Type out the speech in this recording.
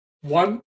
one